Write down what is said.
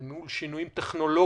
אל מול שינויים טכנולוגיים,